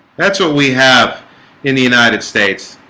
that's what we have in the united states